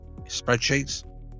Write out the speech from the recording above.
spreadsheets